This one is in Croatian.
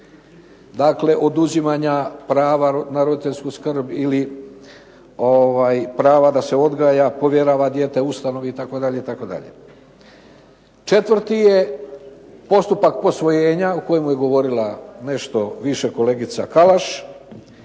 Dakle, oduzimanja prava na roditeljsku skrb ili prava da se odgaja, povjerava dijete ustanovi itd. itd. Četvrti je postupak posvojenja o kojemu je govorila nešto više kolegica Kalaš.